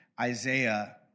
Isaiah